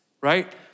right